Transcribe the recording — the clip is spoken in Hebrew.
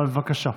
בבקשה.